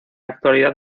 actualidad